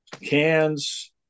cans